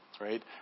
right